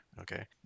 okay